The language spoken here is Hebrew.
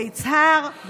ביצהר.